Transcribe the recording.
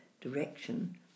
direction